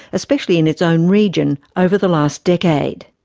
especially in its own region, over the last decade.